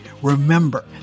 Remember